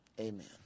amen